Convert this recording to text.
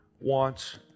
wants